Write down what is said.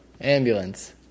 Ambulance